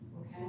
okay